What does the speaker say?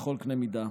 בכל קנה מידה.